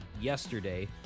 yesterday